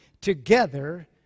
together